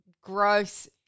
gross